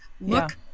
Look